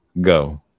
Go